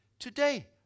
today